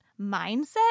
mindset